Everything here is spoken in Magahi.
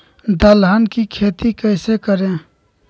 दलहन की खेती कैसे करें?